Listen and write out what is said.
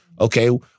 Okay